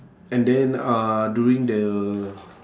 and then uh during the